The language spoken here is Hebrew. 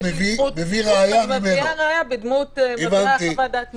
יש לי זכות, ואני מביא ראיה בדמות חוות דעת מומחה.